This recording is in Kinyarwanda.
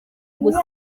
gusa